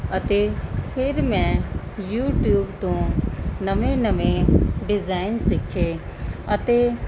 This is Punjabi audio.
ਅਤੇ ਫਿਰ ਮੈਂ ਤੋਂ ਨਵੇਂ ਨਵੇਂ ਡਿਜ਼ਾਇਨ ਸਿੱਖੇ ਅਤੇ